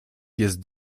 jest